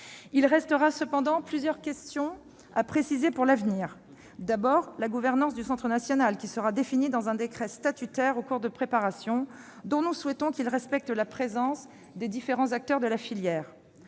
Il restera cependant plusieurs points à préciser pour l'avenir : d'abord, la gouvernance du Centre national, qui sera définie dans un décret statutaire, en cours de préparation, dont nous souhaitons qu'il respecte la présence des différents acteurs de la filière